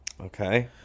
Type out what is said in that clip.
Okay